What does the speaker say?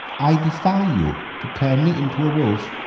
i defy you to turn me into a wolf.